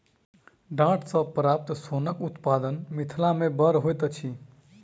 डांट सॅ प्राप्त सोनक उत्पादन मिथिला मे बड़ होइत अछि